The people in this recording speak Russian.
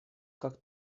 как